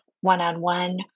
one-on-one